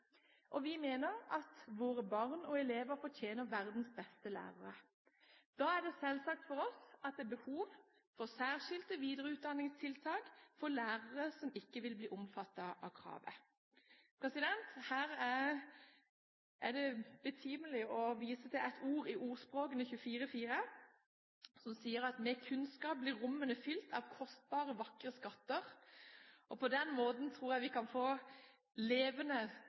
og vi mener at våre barn og elever fortjener verdens beste lærere. Da er det selvsagt for oss et behov for særskilte videreutdanningstiltak for lærere som ikke vil bli omfattet av kravet. Her er det betimelig å vise til Ordspråkene 24.4, som sier: «Med kunnskap blir rommene fylt av kostbare, vakre skatter.» På den måten tror jeg vi kan få